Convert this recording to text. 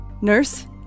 Nurse